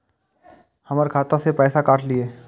हमर खाता से पैसा काट लिए?